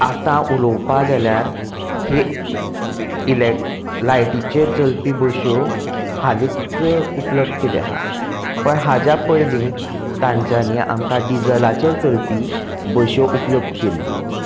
आतां उलोवपाक गेल्यार ही इलॅक लायटीचेर चलपी बसी हालींच उपलब्द केल्ल्यो आसात पूण हाचें पयली तांच्यानी आमकां डिजलाचेर चलपी बसी उपलब्द केल्ल्यो